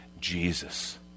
Jesus